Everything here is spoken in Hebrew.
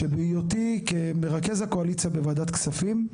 שבהיותי מרכז הקואליציה בוועדת כספים,